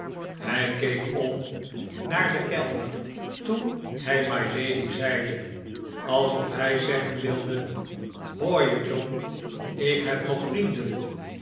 hij keek om naar den kellner toen hij mylady zeide alsof hij zeggen wilde hoor je john ik heb nog vrienden